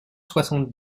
soixante